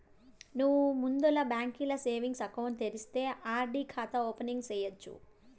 నువ్వు ముందల బాంకీల సేవింగ్స్ ఎకౌంటు తెరిస్తే ఆర్.డి కాతా ఓపెనింగ్ సేయచ్చు